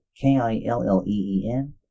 K-I-L-L-E-E-N